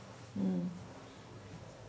mm